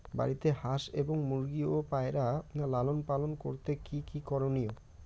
বাড়িতে হাঁস এবং মুরগি ও পায়রা লালন পালন করতে কী কী করণীয়?